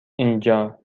اینجا